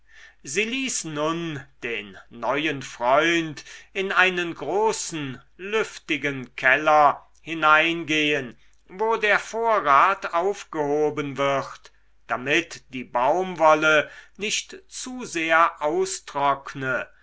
sie ließ nun den neuen freund in einen großen lüftigen keller hineinsehen wo der vorrat aufgehoben wird damit die baumwolle nicht zu sehr austrockne